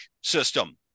system